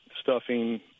stuffing